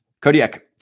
Kodiak